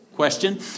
Question